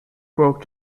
broke